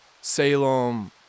Salem